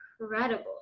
incredible